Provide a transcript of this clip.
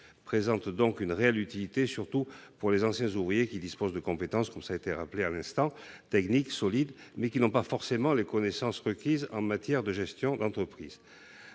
présente donc une réelle utilité, surtout pour les anciens ouvriers qui disposent de compétences techniques solides, comme cela a été rappelé à l'instant, mais qui n'ont pas forcément les connaissances requises en matière de gestion d'entreprise.